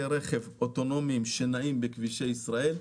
רכב אוטונומיים שנעים בכבישי ישראל.